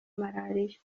malaria